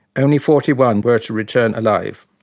only forty one were to return alive,